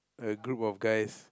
a group of guys